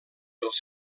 dels